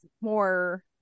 more